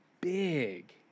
big